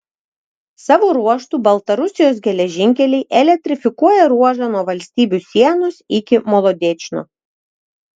savo ruožtu baltarusijos geležinkeliai elektrifikuoja ruožą nuo valstybių sienos iki molodečno